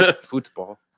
football